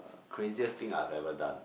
craziest thing I had ever done